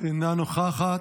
אינה נוכחת,